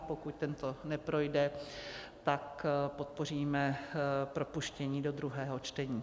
Pokud tento neprojde, tak podpoříme propuštění do druhého čtení.